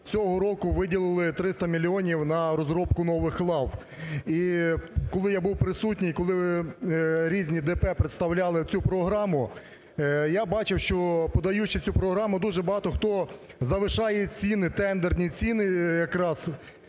Цього року виділили 300 мільйонів на розробку нових лав. І коли я був присутній, коли ви... різні ДП представляли цю програму, я бачив, що, подаючи цю програму, дуже багато хто залишає ціни, тендерні ціни якраз.